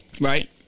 Right